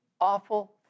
awful